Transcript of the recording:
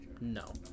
No